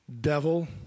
devil